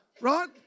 right